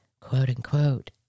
quote-unquote